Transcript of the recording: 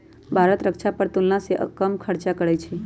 भारत रक्षा पर तुलनासे कम खर्चा करइ छइ